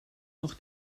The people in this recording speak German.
noch